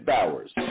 Bowers